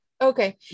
Okay